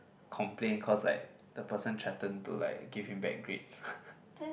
complain cause like the person threatened to like give him bad grades